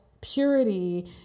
purity